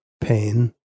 pain